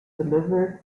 delivered